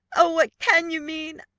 oh, what can you mean?